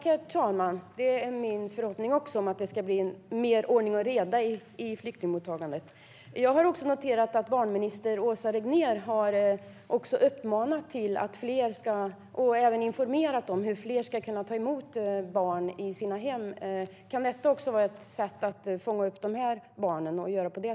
Herr talman! Att det ska bli mer ordning och reda i flyktingmottagandet är också min förhoppning. Jag har även noterat att barnminister Åsa Regnér har uppmanat fler att ta emot barn i sina hem och informerat om hur man kan göra det. Kan även det vara ett sätt att fånga upp de här barnen?